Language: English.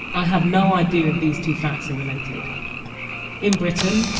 i have no idea if these two facts are related in britain,